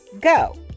go